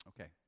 okay